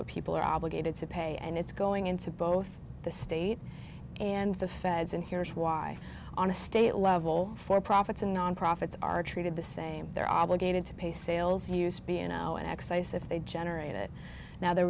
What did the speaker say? where people are obligated to pay and it's going into both the state and the feds and here is why on a state level for profits and nonprofits are treated the same they're obligated to pay sales use be a no excise if they generate it now there